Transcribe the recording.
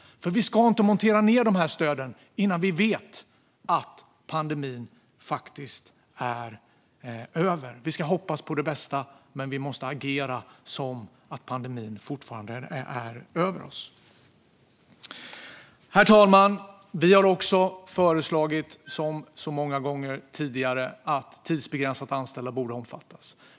Vi ska nämligen inte montera ned dessa stöd innan vi vet att pandemin faktiskt är över. Vi ska hoppas på det bästa, men vi måste agera som att pandemin fortfarande är över oss. Herr talman! Vi har också föreslagit, som så många gånger tidigare, att tidsbegränsat anställda borde omfattas.